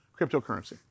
cryptocurrency